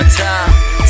time